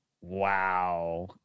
Wow